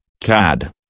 CAD